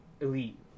elite